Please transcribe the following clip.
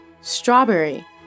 strawberry